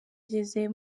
ageze